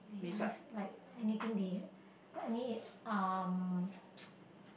so it's like anything they like any um